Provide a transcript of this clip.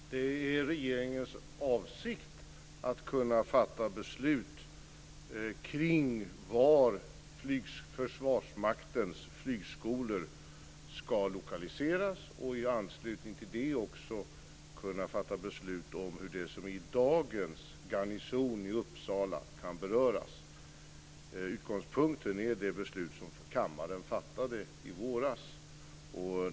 Herr talman! Det är regeringens avsikt att fatta beslut kring var Försvarsmaktens flygskolor ska lokaliseras och i anslutning till det också fatta beslut om hur dagens garnison i Uppsala kan beröras. Utgångspunkten är det beslut som kammaren fattade i våras.